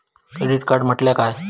Credit card म्हटल्या काय?